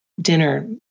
dinner